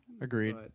Agreed